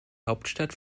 hauptstadt